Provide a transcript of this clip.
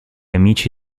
amici